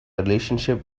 relationship